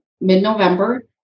mid-November